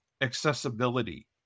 accessibility